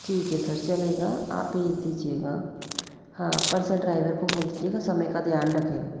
ठीक है सर चलेगा आप भेज दीजिएगा हाँ पर सर ड्राइवर को बोल दीजिएगा समय का ध्यान रखें